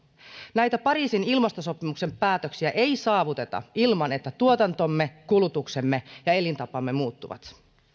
näitä pariisin ilmastosopimuksen päätöksiä ei saavuteta ilman että tuotantomme kulutuksemme ja elintapamme muuttuvat